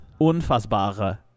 Unfassbare